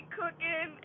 cooking